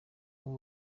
ubu